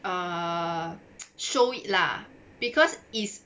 err show it lah because it's